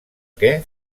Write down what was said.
que